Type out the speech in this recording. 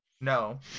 No